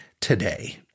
today